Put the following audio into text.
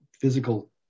physical